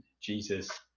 Jesus